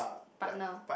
partner